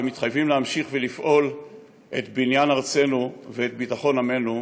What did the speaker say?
ומתחייבים לפעול ולהמשיך את בניין ארצנו ואת ביטחון עמנו.